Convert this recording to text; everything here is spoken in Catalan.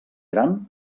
gran